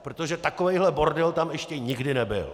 Protože takovýhle bordel tam ještě nikdy nebyl!